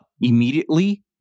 immediately